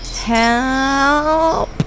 Help